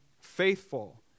faithful